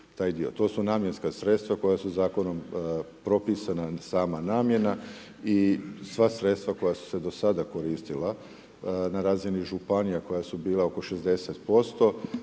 to su namjenska sredstva koja su zakonom propisana, sama namjena. I sva sredstva koja su se do sada koristila na razini županija koja su bila oko 60%